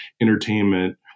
entertainment